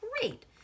great